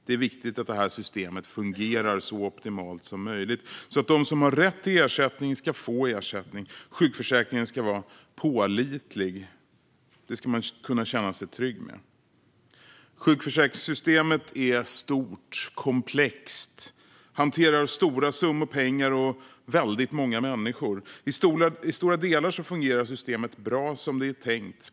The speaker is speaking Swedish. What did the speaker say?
Det är viktigt att det här systemet fungerar så optimalt som möjligt så att de som har rätt till ersättning ska få ersättning. Sjukförsäkringen ska vara pålitlig. Det ska man kunna känna sig trygg med. Sjukförsäkringssystemet är stort och komplext, och det hanterar stora summor pengar och många människor. I stora delar fungerar systemet bra och som det är tänkt.